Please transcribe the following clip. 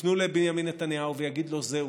יפנו לבנימין נתניהו ויגידו: זהו,